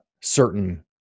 certain